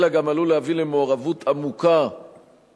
אלא גם עלול להביא למעורבות עמוקה ומסוכנת